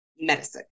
medicine